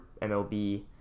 MLB